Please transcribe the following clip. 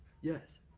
yes